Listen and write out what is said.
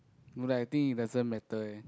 no like I think it doesn't matter eh